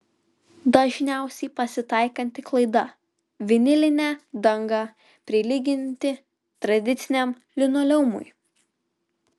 dažniausiai pasitaikanti klaida vinilinę dangą prilyginti tradiciniam linoleumui